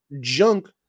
junk